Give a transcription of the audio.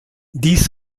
dies